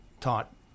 taught